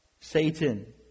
Satan